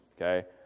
okay